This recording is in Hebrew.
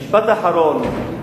משפט אחרון: